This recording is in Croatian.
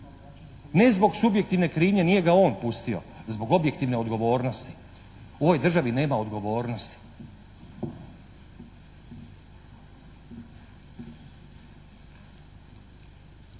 ne zbog subjektivne krivnje, nije ga on pustio, zbog objektivne odgovornosti. U ovoj državi nema odgovornosti.